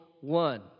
one